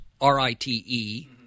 R-I-T-E